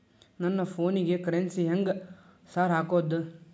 ನನ್ ಫೋನಿಗೆ ಕರೆನ್ಸಿ ಹೆಂಗ್ ಸಾರ್ ಹಾಕೋದ್?